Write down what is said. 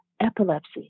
epilepsy